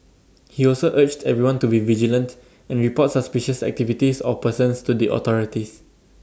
he also urged everyone to be vigilant and report suspicious activities or persons to the authorities